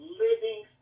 living